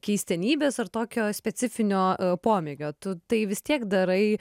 keistenybės ar tokio specifinio pomėgio tu tai vis tiek darai